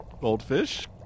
Goldfish